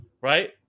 right